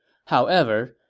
however,